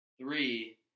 three